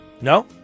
No